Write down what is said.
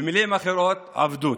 במילים אחרות, עבדות.